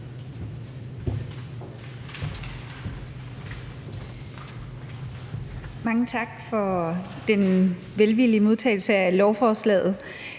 Mange tak for den velvillige modtagelse af lovforslaget.